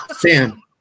Sam